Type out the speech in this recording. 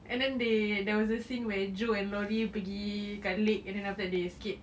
and then they there was a scene where joe and laurie pergi kat lake and then after that they skate